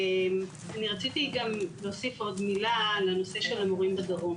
אני רציתי גם להוסיף עוד מילה על הנושא של המורים בדרום,